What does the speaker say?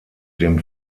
dem